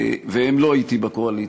והם לא אתי בקואליציה,